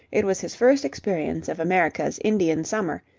it was his first experience of america's indian summer,